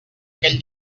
aquell